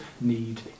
need